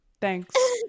thanks